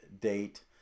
date